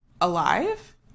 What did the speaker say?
alive